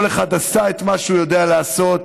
כל אחד עשה מה שהוא יודע לעשות,